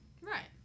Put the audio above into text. Right